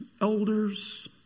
elders